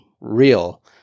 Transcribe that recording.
real